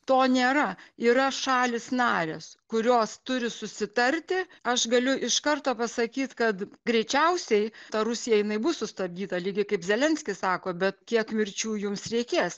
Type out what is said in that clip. to nėra yra šalys narės kurios turi susitarti aš galiu iš karto pasakyt kad greičiausiai ta rusija jinai bus sustabdyta lygiai kaip zelenskis sako bet kiek mirčių jums reikės